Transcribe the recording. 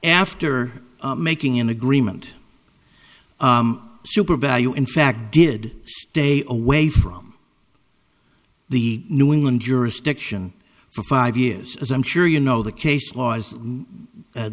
after making an agreement super value in fact did stay away from the new england jurisdiction for five years as i'm sure you know the case laws